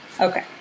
Okay